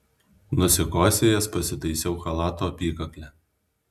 nusikosėjęs pasitaisiau chalato apykaklę